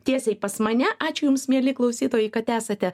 tiesiai pas mane ačiū jums mieli klausytojai kad esate